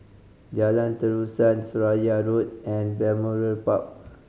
Jalan Terusan Seraya Road and Balmoral Park